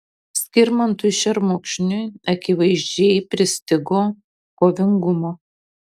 skirmantui šermukšniui akivaizdžiai pristigo kovingumo